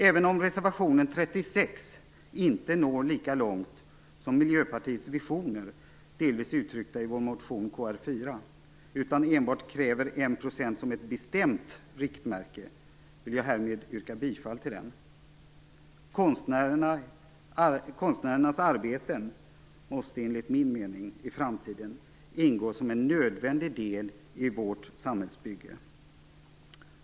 Även om reservationen 36 inte når lika långt som Miljöpartiets visioner, delvis uttryckta i vår motion Kr4, utan enbart kräver 1 % som ett bestämt riktmärke, vill jag härmed yrka bifall till den. Konstnärernas arbeten måste enligt min mening i framtiden ingå som en nödvändig del i vårt samhällsbygge.